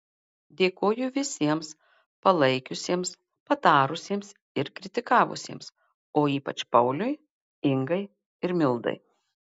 dėkoju visiems palaikiusiems patarusiems ir kritikavusiems o ypač pauliui ingai ir mildai